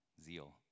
zeal